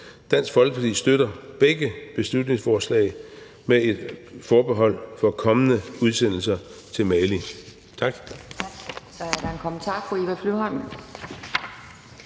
Dansk Folkeparti støtter begge beslutningsforslag med et forbehold over for kommende udsendelser til Mali. Tak.